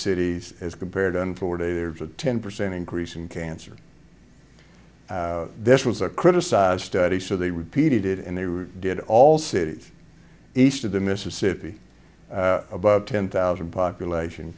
cities as compared and forty there's a ten percent increase in cancer this was a criticized study so they repeated it and they did all cities east of the mississippi above ten thousand population